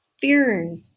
fears